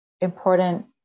important